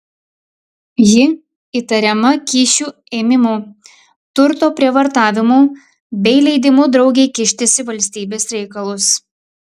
ji įtariama kyšių ėmimu turto prievartavimu bei leidimu draugei kištis į valstybės reikalus